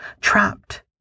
trapped